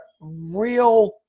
real